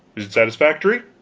is it satisfactory?